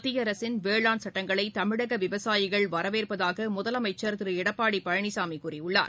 மத்திய அரசின் வேளாண் சட்டங்களை தமிழக விவசாயிகள் வரவேற்பதாக முதலமைச்சு் திரு எடப்பாடி பழனிசாமி கூறியுள்ளார்